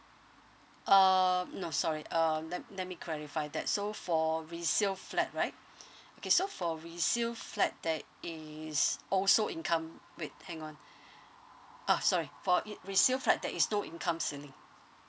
um no sorry um let let me clarify that so for resale flat right okay so for resale flat that is also income with hang on uh sorry for it resale flat that is no income ceiling